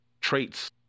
traits